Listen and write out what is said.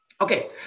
Okay